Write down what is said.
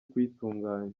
kuyitunganya